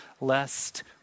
lest